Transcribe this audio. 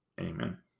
Amen